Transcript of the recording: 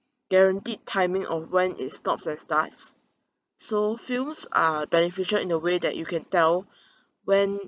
guaranteed timing of when it stops and starts so films are beneficial in a way that you can tell when